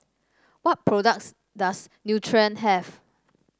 what products does Nutren have